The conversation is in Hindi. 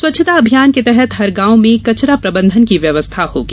स्वच्छता अभियान के तहत हर गांव में कचरा प्रबंधन की व्यवस्था होगी